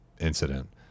incident